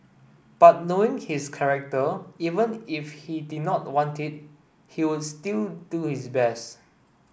but knowing his character even if he did not want it he would still do his best